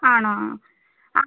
ആണോ ആ ആ